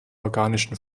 organischen